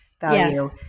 value